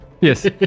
Yes